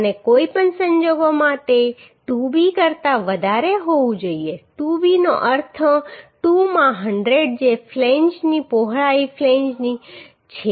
અને કોઈ પણ સંજોગોમાં તે 2 B કરતા વધારે હોવું જોઈએ 2 B નો અર્થ 2 માં 100 જે ફ્લેંજની પહોળાઈ છે